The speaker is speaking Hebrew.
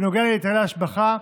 בנוגע להיטלי השבחה,